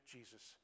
Jesus